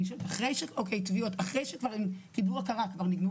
אבל אני שואלת אחרי התביעות ואחרי שהם כבר קיבלו הכרה,